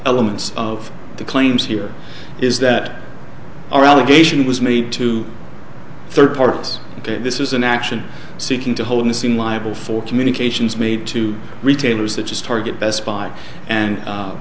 elements of the claims here is that our obligation was made to third parties this is an action seeking to hold the scene liable for communications made to retailers that is target best buy and